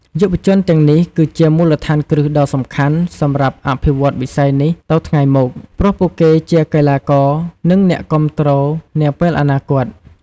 យុវជនទាំងនេះគឺជាមូលដ្ឋានគ្រឹះដ៏សំខាន់សម្រាប់អភិវឌ្ឍន៍វិស័យនេះទៅថ្ងៃមុខ ព្រោះពួកគេជាកីឡាករ និងអ្នកគាំទ្រនាពេលអនាគត។